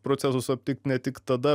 procesus aptikt ne tik tada